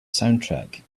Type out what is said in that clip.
soundtrack